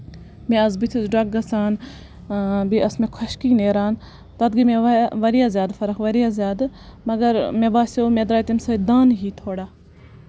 مےٚ آسہٕ بٔتھِس ڈۄکہٕ گژھان بیٚیہِ ٲس مےٚ خۄشکی نیران پَتہٕ گٔے مےٚ واریاہ زیادٕ فرق واریاہ زیادٕ مَگر مےٚ باسیو مےٚ درٛایہِ تَمہِ سۭتۍ دانہٕ ہی تھوڑا